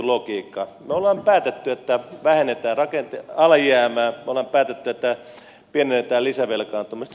me olemme päättäneet että vähennämme alijäämää me olemme päättäneet että pienennämme lisävelkaantumista